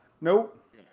nope